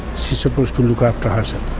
supposed to look after herself.